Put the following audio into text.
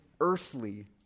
earthly